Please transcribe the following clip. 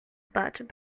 but